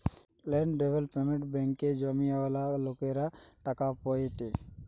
land development ব্যাঙ্কে জমিওয়ালা লোকরা টাকা পায়েটে